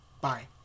Bye